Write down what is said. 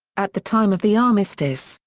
at the time of the armistice,